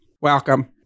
welcome